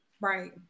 right